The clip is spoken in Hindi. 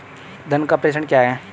धन का प्रेषण क्या है?